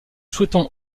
souhaitons